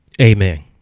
amen